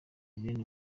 bene